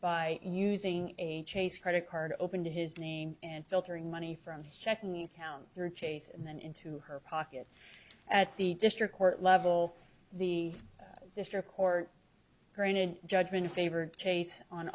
by using a chase credit card open to his name and filtering money from his checking account or chase and then into her pocket at the district court level the district court granted judgment in favor case on